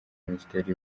minisiteri